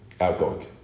outgoing